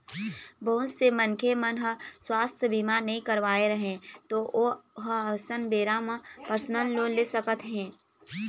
बहुत से मनखे मन ह सुवास्थ बीमा नइ करवाए रहय त ओ ह अइसन बेरा म परसनल लोन ले सकत हे